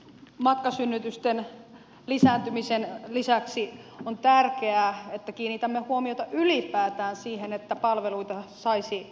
matkasynnytysten lisääntymisen lisäksi on tärkeää että kiinnitämme huomiota ylipäätään siihen että palveluita saisi läheltä